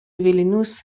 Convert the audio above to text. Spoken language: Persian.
ویلنیوس